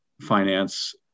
finance